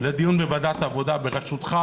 לדיון בוועדת העבודה בראשותך,